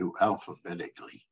alphabetically